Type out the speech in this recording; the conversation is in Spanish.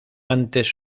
antes